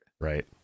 Right